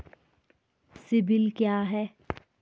CIBIL क्या है?